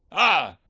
ah!